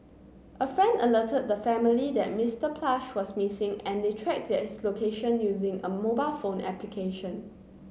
a friend alerted the family that Mr Plush was missing and they tracked his location using a mobile phone application